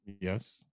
Yes